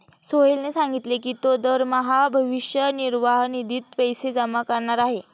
सोहेलने सांगितले की तो दरमहा भविष्य निर्वाह निधीत पैसे जमा करणार आहे